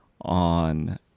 on